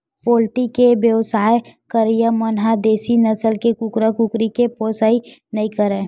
poultry के बेवसाय करइया मन ह देसी नसल के कुकरा, कुकरी के पोसइ नइ करय